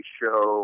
show